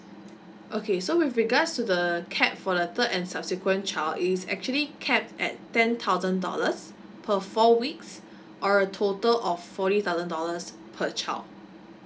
okay so with regards to the capped for the third and subsequent child is actually capped at ten thousand dollars per four weeks or a total of forty thousand dollars per child